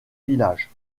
villages